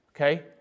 Okay